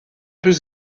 peu